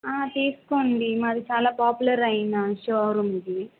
ఆ తీసుకోండి మాది చాలా పాపులర్ అయిన షోరూమ్ ఇది